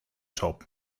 job